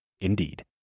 indeed